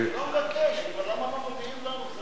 אני לא מבקש, אבל למה לא מודיעים לנו?